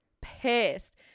pissed